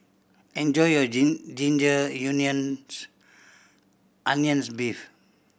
enjoy your ginger onions beef